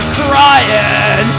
crying